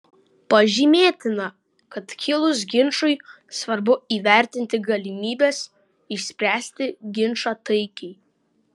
pažymėtina kad kilus ginčui svarbu įvertinti galimybes išspręsti ginčą taikiai